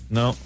no